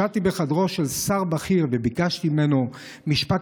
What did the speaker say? ישבתי בחדרו של שר בכיר וביקשתי ממנו משפט